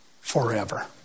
forever